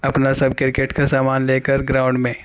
اپنا سب کرکٹ کا سامان لے کر گراؤنڈ میں